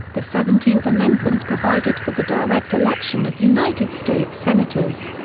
the seventeenth amendment provided for the direct election of united states senators.